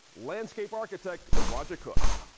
landscape architect roger cook.